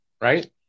Right